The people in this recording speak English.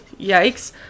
Yikes